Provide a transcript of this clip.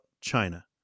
China